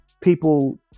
people